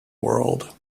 world